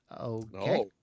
Okay